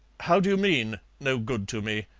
how do you mean, no good to me?